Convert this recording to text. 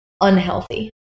unhealthy